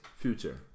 Future